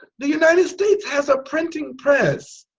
the united states has a printing press